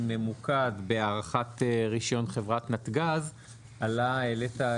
ממוקד בהארכת רישיון חברת נתג"ז העלית,